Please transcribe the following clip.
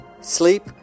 sleep